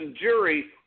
jury